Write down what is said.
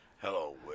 Hello